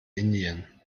indien